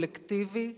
קולקטיבי,